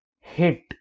hit